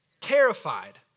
Terrified